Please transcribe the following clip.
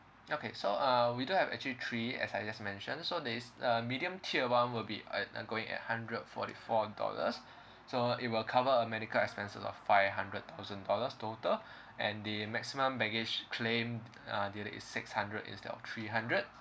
okay so uh we do have actually three as I just mentioned so there's uh medium tier one will be uh uh going at hundred forty four dollars so it will cover medical expenses of five hundred thousand dollars total and the maximum baggage claim uh is six hundred instead of three hundred